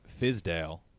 Fizdale